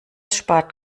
spart